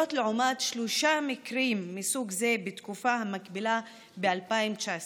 לעומת שלושה מקרים מסוג זה בתקופה המקבילה ב-2019.